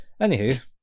Anywho